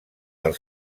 del